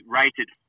rated